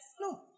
No